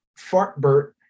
Fartbert